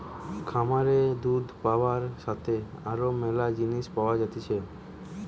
খামারে দুধ পাবার সাথে আরো ম্যালা জিনিস পাওয়া যাইতেছে